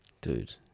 dude